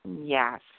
Yes